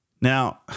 Now